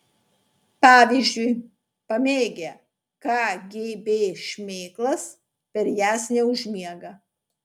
pavyzdžiui pamėgę kgb šmėklas per jas neužmiega